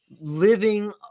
Living